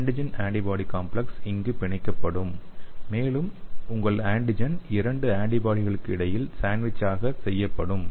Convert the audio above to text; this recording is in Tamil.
ஆன்டிஜென் ஆன்டிபாடி காம்ப்ளெக்ஸ் இங்கு பிணைக்கப்படும் மேலும் உங்கள் ஆன்டிஜென் இரண்டு ஆன்டிபாடிகளுக்கு இடையில் சாண்ட்விச் ஆக செய்யப்படும்